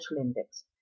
index